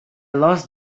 lost